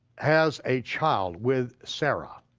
has a child with sarah,